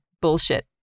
bullshit